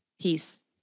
peace